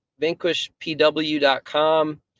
vanquishpw.com